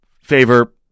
favor